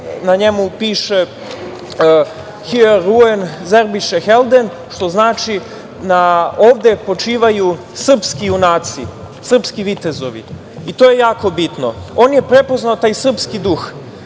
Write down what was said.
Na njemu piše „Hier ruhen serbishe Helden“, što znači „Ovde počivaju srpski junaci“, srpski vitezovi, To je jako bitni. On je prepoznao taj srpski duh,